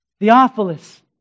Theophilus